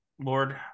Lord